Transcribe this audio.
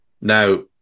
Now